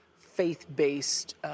faith-based